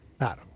Adam